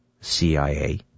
CIA